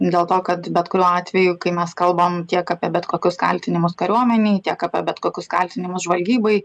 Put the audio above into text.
dėl to kad bet kuriuo atveju kai mes kalbam tiek apie bet kokius kaltinimus kariuomenei tiek apie bet kokius kaltinimus žvalgybai